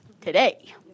today